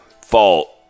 fault